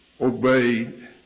obeyed